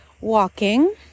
walking